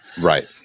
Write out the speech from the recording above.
right